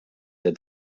der